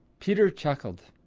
peter chuckled.